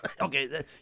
Okay